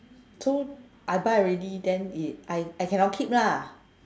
so I buy already then if I I cannot keep lah